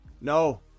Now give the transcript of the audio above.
No